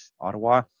Ottawa